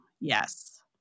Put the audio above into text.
Yes